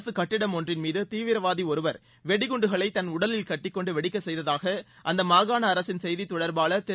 அரசுக் கட்டடம் ஒன்றின்மீது தீவிரவாதி ஒருவர் வெடிகுண்டுகளை தன் உடலில் கட்டிக்கொண்டு வெடிக்கச் செய்ததாக அந்த மாகாண அரசின் செய்தி தொடர்பாளர் திரு